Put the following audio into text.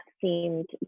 seemed